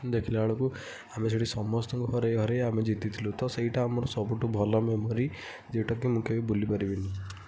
ଦେଖିଲାବେଳକୁ ଆମେ ସେଠି ସମସ୍ତଙ୍କୁ ହରେଇ ହରେଇ ଆମେ ଜିତିଥିଲୁ ତ ସେଇଟା ଆମର ସବୁଠୁ ଭଲ ମେମୋରୀ ଯୋଉଟାକି ମୁଁ କେବେ ଭୁଲିପାରିବିନି